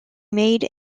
made